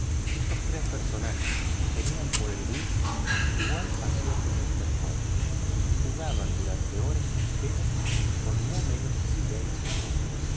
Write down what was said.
estos tres personajes tenían por el whist igual pasión que mister fogg y jugaban horas enteras con no menos silencio que él en